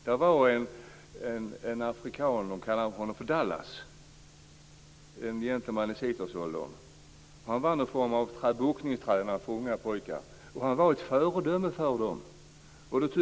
Där var en afrikan som kallades för Dallas, en gentleman i 60 Han var ett föredöme för dem.